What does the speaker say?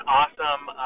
awesome